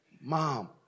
mom